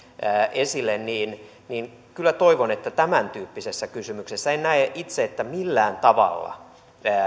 esille niin niin kyllä tämäntyyppisessä kysymyksessä en näe itse että millään tavalla